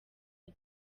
rye